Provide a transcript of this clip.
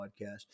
podcast